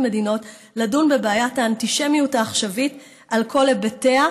מדינות לדון בבעיית האנטישמיות העכשווית על כל היבטיה,